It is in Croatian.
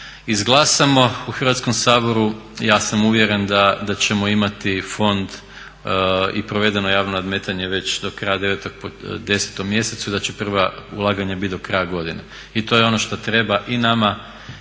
izglasamo u Hrvatskom saboru ja sam uvjeren da ćemo imati fond i provedeno javno nadmetanje već do kraja 9., 10. mjesecu, da će prva ulaganja biti do kraja godine. I to je ono što treba i nama